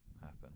happen